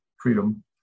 freedom